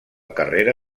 carrera